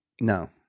No